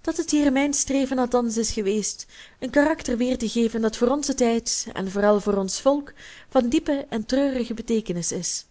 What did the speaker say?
dat het hier mijn streven althans is geweest een karakter weertegeven dat voor onzen tijd en vooral voor ons volk van diepe en treurige beteekenis is